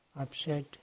upset